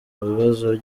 bibazo